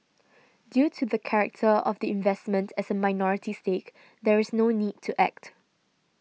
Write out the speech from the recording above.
due to the character of the investment as a minority stake there is no need to act